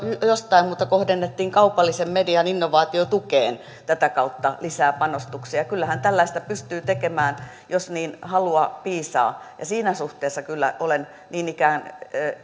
jostain mutta kohdennettiin kaupallisen median innovaatiotukeen tätä kautta lisää panostuksia kyllähän tällaista pystyy tekemään jos siihen halua piisaa siinä suhteessa kyllä olen niin ikään